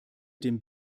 dem